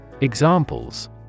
Examples